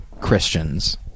Christians